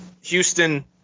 Houston